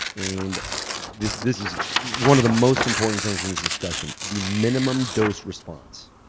and this this is one of the most important things in this discussion the minimum dose response.